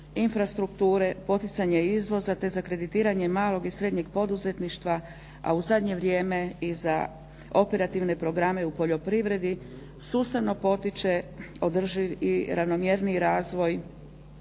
infrastrukture, poticanje izvoza te za kreditiranje malog i srednjeg poduzetništva a u zadnje vrijeme i za operativne programe u poljoprivredi sustavno potiče održiv i ravnomjerniji razvoj